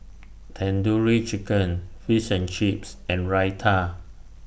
Tandoori Chicken Fish and Chips and Raita